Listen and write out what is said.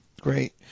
Great